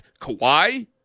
Kawhi